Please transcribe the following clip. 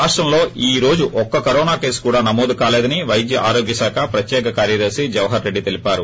రాష్టంలో ఈ రోజు ఒక్క కరోనా కేసు కూడా నమోదు కాలేదని వైద్య ఆరోగ్య శాఖ ప్రత్యేక కార్యదర్తి జవహర్ రెడ్లి తెల్పారు